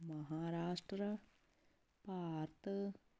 Maharashtra Bharat